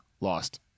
lost